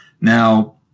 Now